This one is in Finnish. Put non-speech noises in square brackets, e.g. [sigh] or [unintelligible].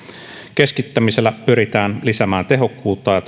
keskittämisellä pyritään lisäämään tehokkuutta ja [unintelligible]